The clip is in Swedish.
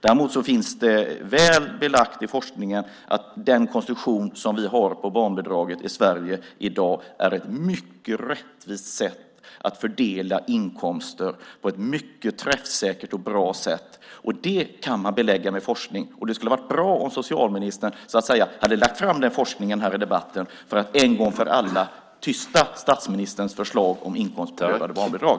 Däremot finns det väl belagt i forskningen att den konstruktion som vi har på barnbidraget i Sverige i dag är ett mycket rättvist sätt att fördela inkomster på ett mycket träffsäkert och bra sätt. Det kan man belägga med forskning, och det skulle ha varit bra om socialministern hade lagt fram den forskningen här i debatten för att en gång för alla tysta vice statsministerns förslag om inkomstrelaterade barnbidrag.